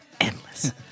endless